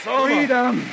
freedom